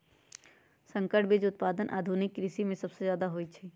संकर बीज उत्पादन आधुनिक कृषि में सबसे जादे होई छई